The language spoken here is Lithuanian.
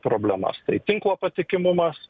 problemas tai tinklo patikimumas